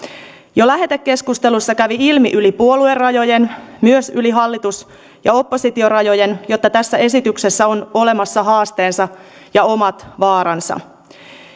jo lähetekeskustelussa kävi ilmi yli puoluerajojen myös yli hallitus ja oppositiorajojen että tässä esityksessä on olemassa haasteensa ja omat vaaransa